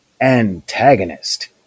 antagonist